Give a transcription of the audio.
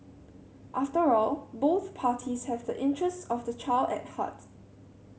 after all both parties have the interests of the child at heart